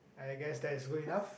I guess that is good enough